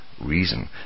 reason